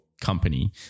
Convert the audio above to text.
company